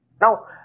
now